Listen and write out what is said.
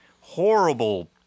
horrible